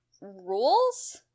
rules